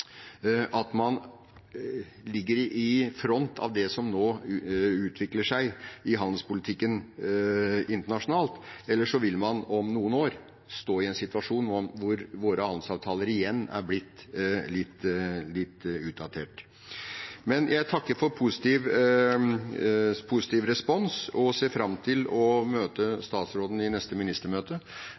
at man ligger i front av det som nå utvikler seg i handelspolitikken internasjonalt, ellers vil man om noen år stå i en situasjon hvor våre handelsavtaler igjen er blitt litt utdatert. Jeg takker for positiv respons og ser fram til å møte statsråden i neste ministermøte,